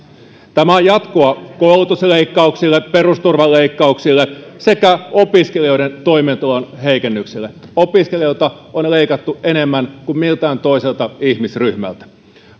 tämä on jatkoa koulutusleikkauksille perusturvan leikkauksille sekä opiskelijoiden toimeentulon heikennykselle opiskelijoilta on leikattu enemmän kuin miltään toiselta ihmisryhmältä